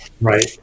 Right